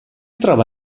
trova